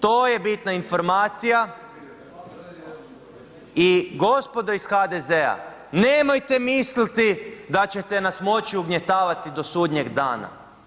To je bitna informacija i gospodo iz HDZ-a nemojte misliti da ćete nas moći ugnjetavati do sudnjeg dana.